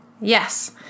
yes